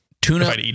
Tuna